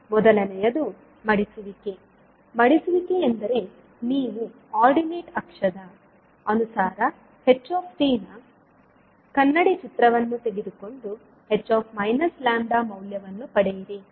ಮೊದಲನೆಯದು ಮಡಿಸುವಿಕೆ ಮಡಿಸುವಿಕೆ ಎಂದರೆ ನೀವು ಆರ್ಡಿನೇಟ್ ಅಕ್ಷದ ಅನುಸಾರ h ನ ಕನ್ನಡಿ ಚಿತ್ರವನ್ನು ತೆಗೆದುಕೊಂಡು h λ ಮೌಲ್ಯವನ್ನು ಪಡೆಯಿರಿ